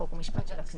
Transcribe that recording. חוק ומשפט של הכנסת.